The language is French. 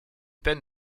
peine